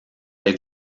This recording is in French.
être